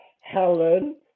Helen